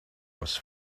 was